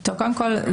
קודם כל,